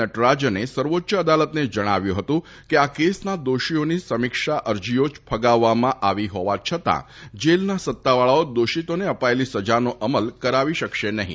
નટરાજને સર્વોચ્ય અદાલતને જણાવ્યું હતું કે આ કેસના દોષીઓની સમીક્ષા અરજીઓ ફગાવવામાં આવી હોવા છતાં જેલના સત્તાવાળાઓ દોષીતોને અપાયેલી સજાનો અમલ કરાવી શકશે નહીં